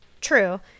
true